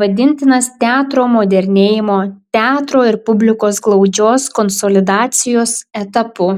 vadintinas teatro modernėjimo teatro ir publikos glaudžios konsolidacijos etapu